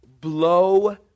blow